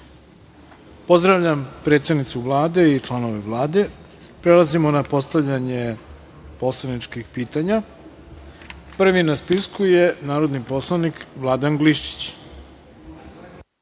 Poslovnika. Pozdravljam predsednicu Vlade i članove Vlade. Prelazimo na postavljanje poslaničkih pitanja. Prvi na spisku je narodni poslanik Vladan Glišić.